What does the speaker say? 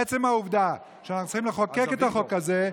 עצם העובדה שאנחנו צריכים לחוקק את החוק הזה,